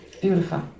Beautiful